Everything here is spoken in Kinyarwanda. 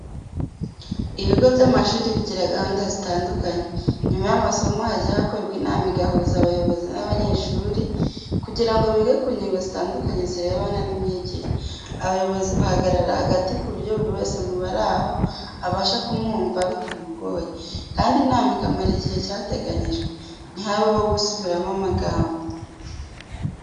Ibigo by'amashuri bigira gahunda zitandukanye, nyuma y'amasomo hajya hakorwa inama igahuza abayobozi n'abanyeshuri kugira ngo bige ku ngingo zitandukanye zirebana n'imyigire. Abayobozi bahagarara hagati ku buryo buri wese mu bari aho abasha kumwumva bitamugoye, kandi inama ikamara igihe cyateganyijwe, ntihabeho gusubiramo amagambo.